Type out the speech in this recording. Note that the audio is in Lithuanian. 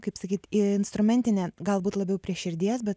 kaip sakyt instrumentinė galbūt labiau prie širdies bet